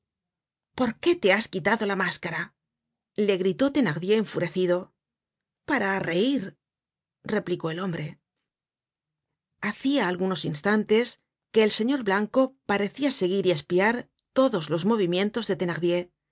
por qué te has quitado la máscara le gritó thenardier enfurecido a para reir replicó aquel hombre hacia algunos instantes que el señor blanco parecia seguir y espiar todos los movimientos de thenardier el